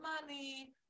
money